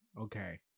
okay